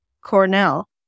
Cornell